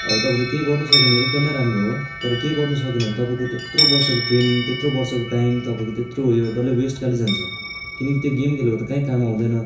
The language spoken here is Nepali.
अब तपाईँले केही गर्नु सक्यो भने एकदमै राम्रो हो तर केही गर्नु सकेन भने तपाईँको त्यत्रो वर्षको ट्रेनिङ त्यत्रो वर्षको टाइम तपाईँको त्यत्रो उयो डल्लै वेस्ट खालि जान्छ किनकि त्यो गेम खेलेको त कहीँ काम आउँदैन